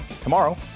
Tomorrow